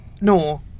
no